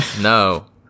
No